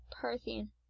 parthian